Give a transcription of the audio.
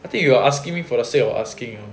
I think you are asking me for the sake of asking uh